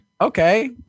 okay